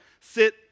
sit